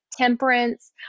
temperance